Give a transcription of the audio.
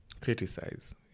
criticize